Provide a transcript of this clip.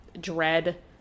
dread